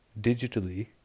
digitally